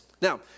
Now